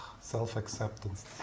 self-acceptance